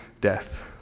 death